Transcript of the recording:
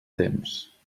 temps